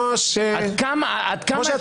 עד כמה- -- משה,